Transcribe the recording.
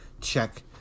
check